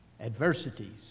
adversities